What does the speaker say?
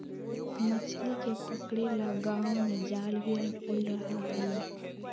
मछली के पकड़े ला गांव में जाल भी रखल रहा हई